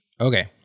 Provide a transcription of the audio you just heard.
Okay